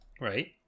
right